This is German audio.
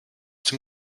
dem